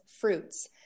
fruits